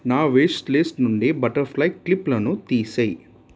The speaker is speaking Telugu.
నా విష్ లిస్టు నుండి బటర్ఫ్లై క్లిప్లను తీసేయి